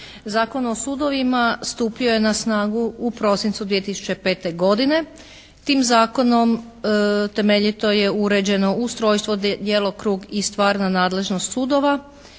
Zakon o sudovima stupio je na snagu u prosincu 2005. godine. Tim Zakonom temeljito je uređeno ustrojstvo, djelokrug i stvarna nadležnost sudova,